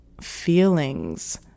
feelings